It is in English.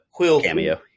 cameo